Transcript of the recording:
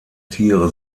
tiere